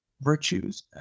virtues